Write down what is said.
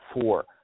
four